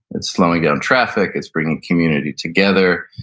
it's slowing down traffic, it's bringing community together.